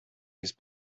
use